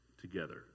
together